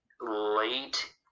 late